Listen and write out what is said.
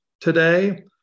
today